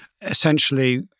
essentially